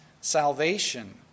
salvation